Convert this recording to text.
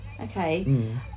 Okay